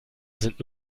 sind